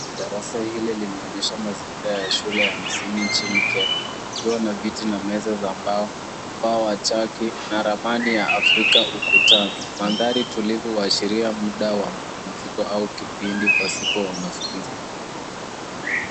Darasa hili linaonyesha mazingira ya shule ya msingi nchini Kenya, likiwa na viti na meza za mbao, na ramani ya Afrika ukutani. Mandhari tulivu huashiria muda wa mapumziko au kipindi pasipo wanafunzi.